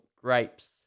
grapes